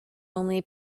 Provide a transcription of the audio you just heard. only